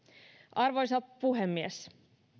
arvoisa puhemies